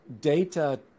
data